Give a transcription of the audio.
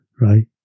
right